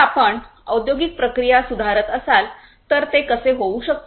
जर आपण औद्योगिक प्रक्रिया सुधारत असाल तर ते कसे होऊ शकते